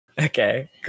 okay